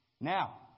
Now